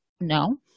no